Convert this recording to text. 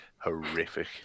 horrific